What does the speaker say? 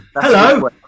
Hello